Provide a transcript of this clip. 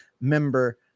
member